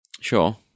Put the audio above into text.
sure